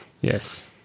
Yes